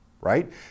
right